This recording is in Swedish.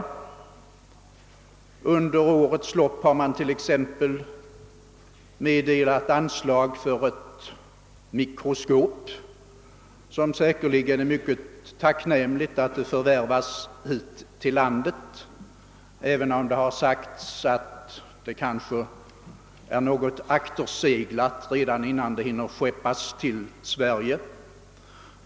Under loppet av det år som nu granskas har man som utslag av detta t.ex. meddelat anslag för ett mikroskop, som det säkerligen är mycket tacknämligt att få hit till landet, även om det har sagts att mikroskopet tekniskt sett kanske är något akterseglat redan innan det hunnit skeppas till Sverige.